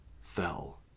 fell